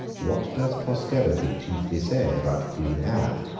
what does posterity chiefly say about queen anne?